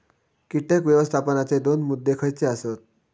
कीटक व्यवस्थापनाचे दोन मुद्दे खयचे आसत?